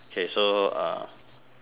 K so uh